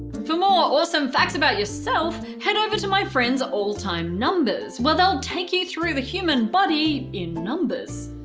for more awesome facts about yourself, head over to my friends alltime numbers, where they'll take you through the human body in numbers.